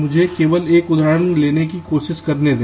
मुझे केवल एक उदाहरण लेने की कोशिश करने दें